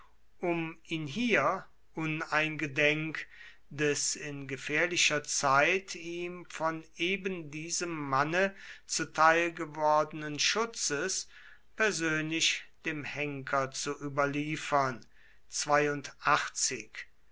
um ihn hier uneingedenk des in gefährlicher zeit ihm von ebendiesem manne zuteil gewordenen schutzes persönlich dem henker zu überliefern